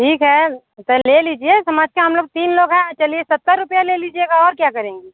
ठीक है तो ले लीजिए समझ के हम तीन लोग हैं चलिए सत्तर रुपया ले लीजिएगा और क्या करेंगी